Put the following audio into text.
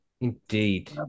Indeed